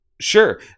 Sure